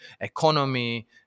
economy